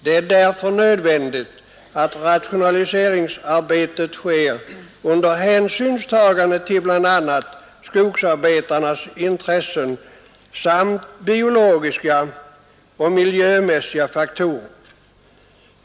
Det är därför nödvändigt att rationaliseringsarbetet sker under hänsynstagande till bl.a. skogsarbetarnas intressen samt biologiska och miljömässiga faktorer.